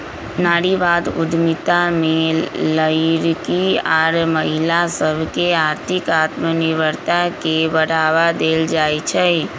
नारीवाद उद्यमिता में लइरकि आऽ महिला सभके आर्थिक आत्मनिर्भरता के बढ़वा देल जाइ छइ